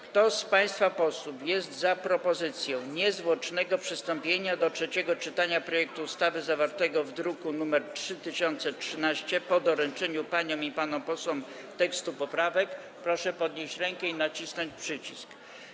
Kto z państwa posłów jest za propozycją niezwłocznego przystąpienia do trzeciego czytania projektu ustawy zawartego w druku nr 3013, po doręczeniu paniom i panom posłom tekstów poprawek, proszę podnieść rękę i nacisnąć przycisk.